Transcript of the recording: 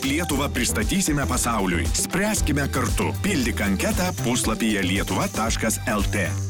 lietuvą pristatysime pasauliui spręskime kartu pildyk anketą puslapyje lietuva taškas lt